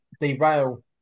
derail